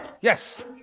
Yes